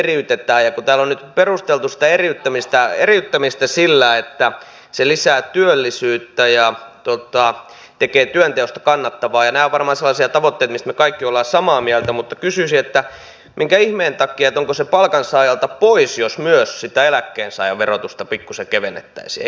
kun täällä on nyt perusteltu sitä eriyttämistä sillä että se lisää työllisyyttä ja tekee työnteosta kannattavaa nämä ovat varmaan sellaisia tavoitteita mistä me kaikki olemme samaa mieltä mutta kysyisin että minkä ihmeen takia onko se palkansaajalta pois jos myös sitä eläkkeensaajan verotusta pikkusen kevennettäisiin